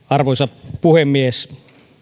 arvoisa puhemies